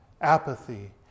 apathy